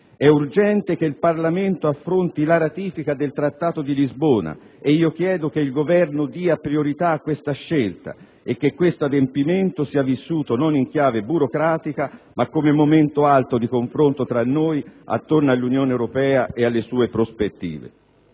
È urgente che il Parlamento affronti la ratifica del Trattato di Lisbona e io chiedo che il Governo dia priorità a questa scelta e che questo adempimento sia vissuto non in chiave burocratica, ma come momento alto di confronto tra noi attorno all'Unione europea e alle sue prospettive.